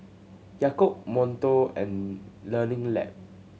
Yakult Monto and Learning Lab